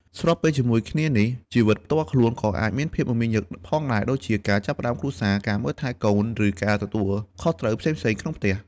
ស្របពេលជាមួយគ្នានេះ ជីវិតផ្ទាល់ខ្លួនក៏អាចមានភាពមមាញឹកផងដែរ ដូចជាការចាប់ផ្តើមគ្រួសារ ការមើលថែកូន ឬការទទួលខុសត្រូវផ្សេងៗក្នុងផ្ទះ។